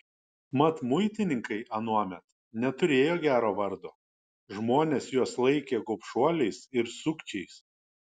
mat muitininkai anuomet neturėjo gero vardo žmonės juos laikė gobšuoliais ir sukčiais